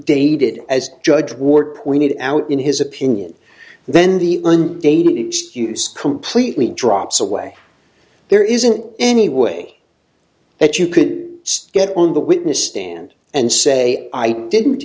dated as judge ward pointed out in his opinion then the date excuse completely drops away there isn't any way that you could get on the witness stand and say i didn't